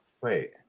wait